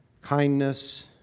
kindness